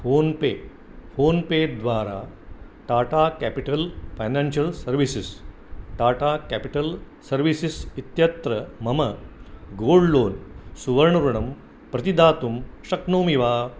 phone pay PhonePe द्वारा Tata capital financial services Tata capital services इत्यत्र मम गोल्ड् लोन् सुवर्णऋणं प्रतिदातुं शक्नोमि वा